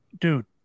dude